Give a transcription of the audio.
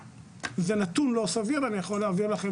זה נתון לא סביר ואני יכול להביא לכם